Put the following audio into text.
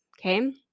okay